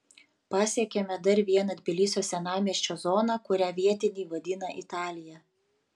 pasiekėme dar vieną tbilisio senamiesčio zoną kurią vietiniai vadina italija